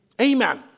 Amen